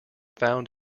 found